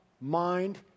mind